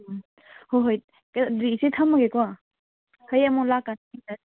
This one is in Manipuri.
ꯎꯝ ꯍꯣꯏ ꯍꯣꯏ ꯑꯗꯨꯗꯤ ꯏꯆꯦ ꯊꯝꯃꯒꯦꯀꯣ ꯍꯌꯦꯡꯃꯨꯛ ꯂꯥꯛꯀꯥꯟꯗ